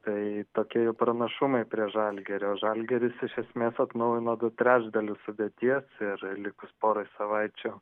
tai tokie jų pranašumai prieš žalgirį o žalgiris iš esmės atnaujino du trečdalius sudėties ir likus porai savaičių